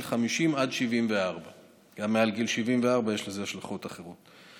50 עד 74. גם מעל גיל 74 יש לזה השלכות אחרות.